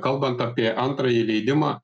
kalbant apie antrąjį leidimą